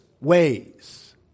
ways